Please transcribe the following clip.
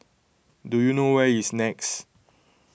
do you know where is Nex